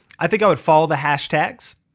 i think i would follow the hashtags.